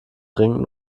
dringend